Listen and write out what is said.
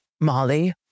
Molly